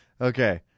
Okay